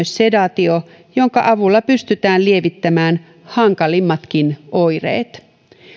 sedaatio jonka avulla pystytään lievittämään hankalimmatkin oireet